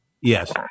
Yes